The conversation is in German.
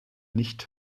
nicht